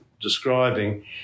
describing